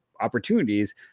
opportunities